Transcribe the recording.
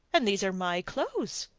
and these are my clothes.